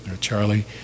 Charlie